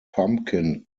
pumpkin